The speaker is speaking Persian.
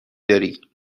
داری